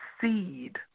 seed